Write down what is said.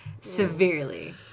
severely